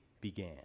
began